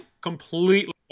completely